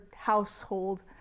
household